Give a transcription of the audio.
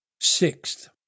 Sixth